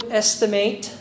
estimate